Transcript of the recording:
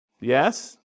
Yes